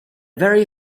very